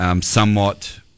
Somewhat